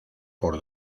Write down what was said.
por